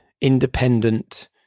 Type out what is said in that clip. independent